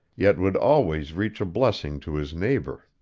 yet would always reach a blessing to his neighbor.